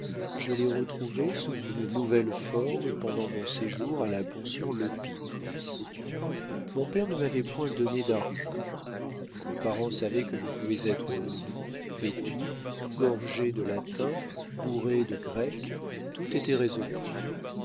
je les retrouvai sous une nouvelle forme pendant mon séjour à la pension lepître mon père ne m'avait point donné d'argent quand mes parents savaient que je pouvais être nourri vêtu gorgé de latin bourré de grec tout était résolu